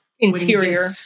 Interior